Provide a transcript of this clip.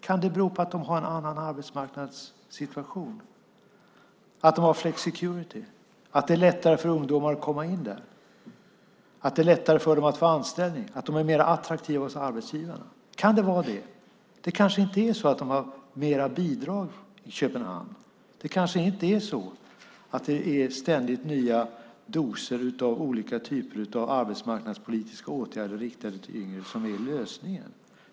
Kan det bero på att man har en annan arbetsmarknadssituation, att man har flexicurity, att det är lättare för ungdomar att komma in där, att det är lättare för dem att få anställning, att de är mer attraktiva hos arbetsgivarna? Kan det vara det? Det kanske inte är så att man har mer bidrag i Köpenhamn. Det kanske inte är ständigt nya doser av olika typer av arbetsmarknadspolitiska åtgärder riktade till yngre som är lösningen.